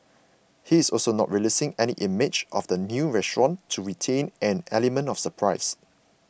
he's also not releasing any images of the new restaurant to retain an element of surprise